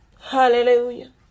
Hallelujah